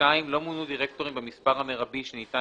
(2)לא מונו דירקטורים במספר המרבי שניתן